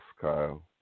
Kyle